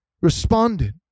responded